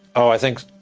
i think